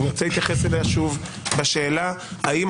אם הוא ירצה להתייחס אליה שוב בשאלה האם